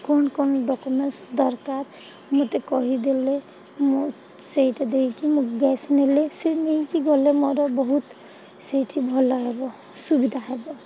କ'ଣ କ'ଣ ଡକୁମେଣ୍ଟ୍ସ ଦରକାର ମୋତେ କହିଦେଲେ ମୁଁ ସେଇଟା ଦେଇକି ମୁଁ ଗ୍ୟାସ୍ ନେଲେ ସେ ନେଇକି ଗଲେ ମୋର ବହୁତ ସେଇଠି ଭଲ ହେବ ସୁବିଧା ହେବ